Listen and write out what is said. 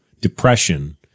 depression